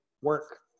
work